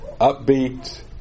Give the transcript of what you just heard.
upbeat